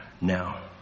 now